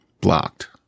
blocked